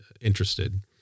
interested